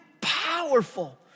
powerful